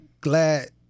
glad